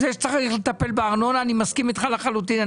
זה שצריך לטפל בארנונה אני מסכים איתך לחלוטין,